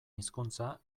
hizkuntza